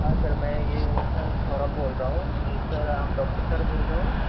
हाँ सर मैं ये सौरभ बोल रहा हूँ ये सर आप डॉक्टर सर बोल रहे हो ना